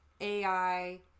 AI